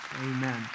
Amen